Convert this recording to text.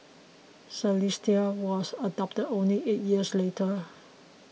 Celeste was adopted only eight years later